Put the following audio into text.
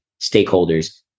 stakeholders